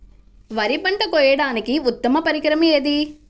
వరి పంట కోయడానికి ఉత్తమ పరికరం ఏది?